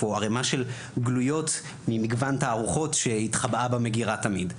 או ערימה של גלויות ממגוון תערוכות שהתחבאה במגירה תמיד.